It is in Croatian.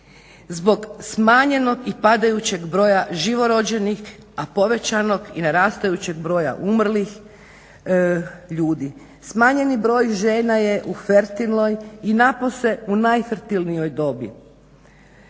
zbog smanjenog i padajućeg broja živo rođenih, a povećanog i narastajućeg broja umrlih ljudi. Smanjeni broj žena je fertilnoj i napose u najfertilnijoj dobi.